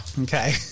Okay